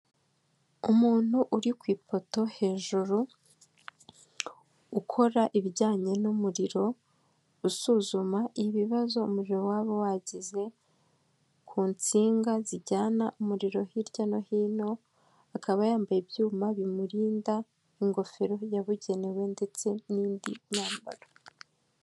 Umuntu uri ku ipoto hejuru ukora ibijyanye n'umuriro usuzuma ibibazo umuriro waba wagize ku nsinga zijyana umuriro hirya no hino akaba yambaye ibyuma bimurinda ingofero yabugenewe ndetse n'indi myambaro.